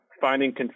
finding